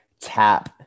tap